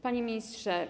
Panie Ministrze!